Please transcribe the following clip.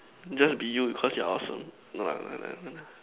just be you cause you are awesome no lah no lah no no